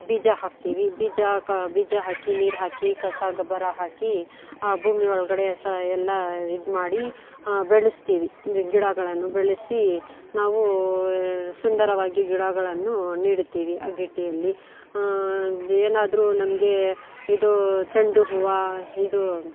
ಬೀಜ ಹಾಕ್ತೀವಿ ಬೀಜ ಕ ಬೀಜ ಹಾಕಿ ನೀರು ಹಾಕಿ ಕಸ ಗೊಬ್ಬರ ಹಾಕಿ ಆ ಭೂಮಿ ಒಳಗಡೆ ಸ ಎಲ್ಲ ಇದು ಮಾಡಿ ಬೆಳೆಸ್ತೀವಿ ಗಿಡಗಳನ್ನು ಬೆಳೆಸಿ ನಾವು ಸುಂದರವಾಗಿ ಗಿಡಗಳನ್ನು ನೆಡುತ್ತೀವಿ ಅಗೇಡಿಯಲ್ಲಿ ಏನಾದರೂ ನಮಗೆ ಇದು ಚೆಂಡು ಹೂವು ಇದು